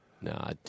No